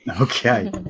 Okay